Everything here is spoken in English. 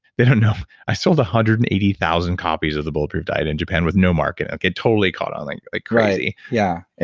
they don't know i sold one hundred and eighty thousand copies of the bulletproof diet in japan with no market. okay? totally caught on like crazy. yeah and